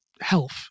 health